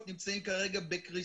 הנקודה הזאת נמצאת עדין ב"העברת מקל".